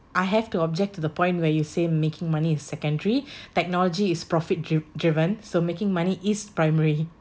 I have to object to the point where you say making money is secondary technology is profit dri~ driven so making money is primary